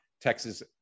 Texas